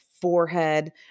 forehead